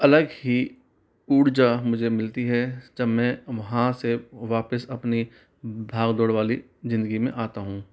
अलग ही ऊर्जा मुझे मिलती है जब मैं वहाँ से वापस अपनी भाग दौड़ वाली जिंदगी में आता हूँ